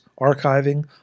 archiving